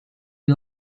you